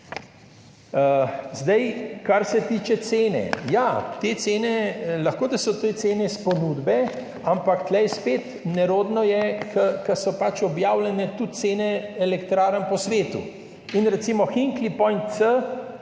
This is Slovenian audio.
cene. Ja, te cene, lahko da so te cene s ponudbe, ampak tu je spet nerodno, ker so pač objavljene tudi cene elektrarn po svetu. Recimo Hinkley Point C,